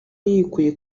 yikuye